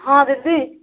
ହଁ ଦିଦି